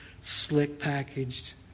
slick-packaged